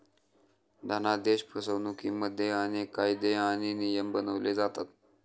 धनादेश फसवणुकिमध्ये अनेक कायदे आणि नियम बनवले जातात